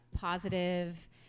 positive